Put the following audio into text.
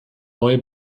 neue